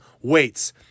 weights